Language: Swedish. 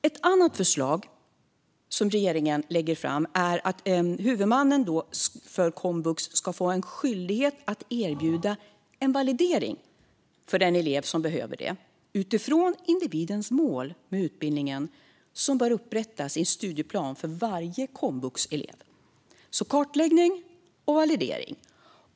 Ett annat förslag som regeringen lägger fram är att huvudmannen för komvux ska bli skyldig att erbjuda den elev som behöver det en validering utifrån individens mål med utbildningen, som bör upprättas i en studieplan för varje komvuxelev. Det handlar alltså om kartläggning och validering.